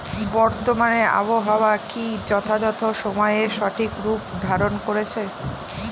বর্তমানে আবহাওয়া কি যথাযথ সময়ে সঠিক রূপ ধারণ করছে?